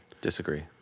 Disagree